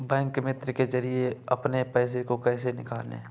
Bank मित्र के जरिए अपने पैसे को कैसे निकालें?